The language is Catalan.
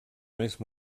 més